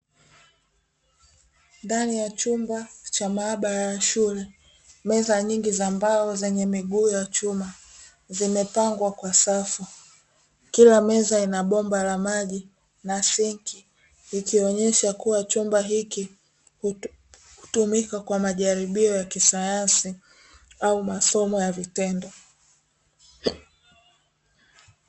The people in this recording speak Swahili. Ndani ya chumba cha maabara ya shule, meza nyingi za mbao zenye miguu ya chuma zimepangwa kwa safu, kila meza ina bomba la maji na sinki, ikionyesha kuwa chumba hiki hutumika kwa majaribio ya kisayansi au masomo ya vitendo.